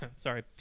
Sorry